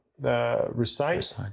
recite